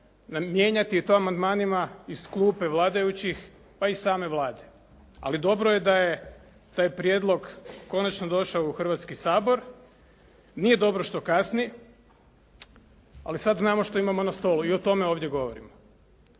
mijenjati i to amandmanima iz klupe vladajućih, pa i same Vlade. Ali dobro je da je taj prijedlog konačno došao u Hrvatski sabor, nije dobro što kasni, ali sad znamo što imamo na stolu i o tome ovdje govorimo.